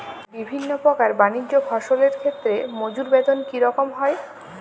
বিভিন্ন প্রকার বানিজ্য ফসলের ক্ষেত্রে মজুর বেতন কী রকম হয়?